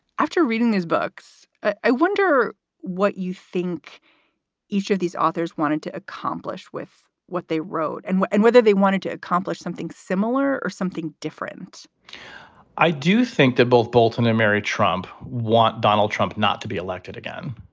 after reading these books, i wonder what you think each of these authors wanted to accomplish with what they wrote and and whether they wanted to accomplish something similar or something different i do think that both bolton and mary trump want donald trump not to be elected again.